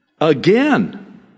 again